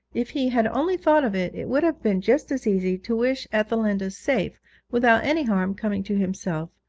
if he had only thought of it, it would have been just as easy to wish ethelinda safe without any harm coming to himself,